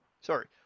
Sorry